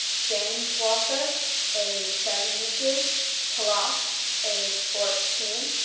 james walker age seventy two palak age fourteen,